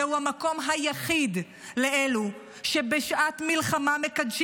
זהו המקום היחיד לאלו שבשעת מלחמה מקדשים